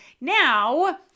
Now